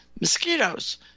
mosquitoes